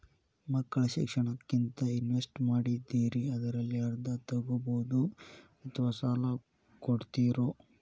ಮಕ್ಕಳ ಶಿಕ್ಷಣಕ್ಕಂತ ಇನ್ವೆಸ್ಟ್ ಮಾಡಿದ್ದಿರಿ ಅದರಲ್ಲಿ ಅರ್ಧ ತೊಗೋಬಹುದೊ ಅಥವಾ ಸಾಲ ಕೊಡ್ತೇರೊ?